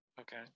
Okay